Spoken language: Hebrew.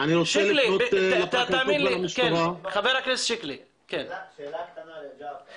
שאלה קטנה לג'עפר.